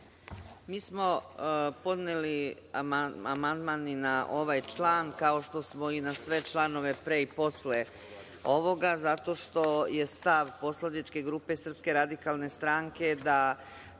Mi smo podneli amandman i na ovaj član, kao što smo i na sve članove pre i posle ovoga zato što je stav poslaničke grupe SRS da Zakon